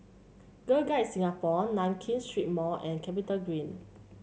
Girl Guides Singapore Nankin Street Mall and CapitaGreen